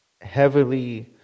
heavily